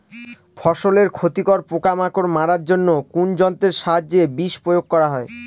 ফসলের ক্ষতিকর পোকামাকড় মারার জন্য কোন যন্ত্রের সাহায্যে বিষ প্রয়োগ করা হয়?